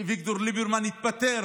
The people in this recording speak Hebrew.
אביגדור ליברמן התפטר